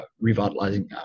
revitalizing